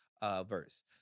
verse